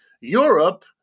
Europe